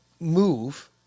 move